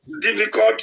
difficult